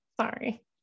sorry